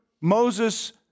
Moses